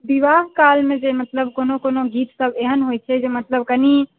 बिआह कालमे जे मतलब कोनो कोनो गीतसब एहन होइ छै जे मतलब कनि